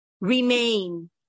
remain